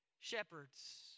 shepherds